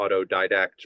autodidact